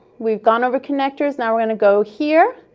we've gone over connectors, now we're going to go here.